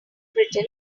brittle